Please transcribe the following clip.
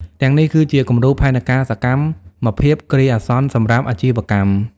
ទាំងនេះគឺជា គំរូផែនការសកម្មភាពគ្រាអាសន្នសម្រាប់អាជីវកម្ម។